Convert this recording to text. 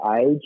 age